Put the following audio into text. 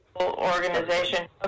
organization